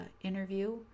interview